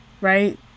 Right